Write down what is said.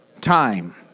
time